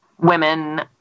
women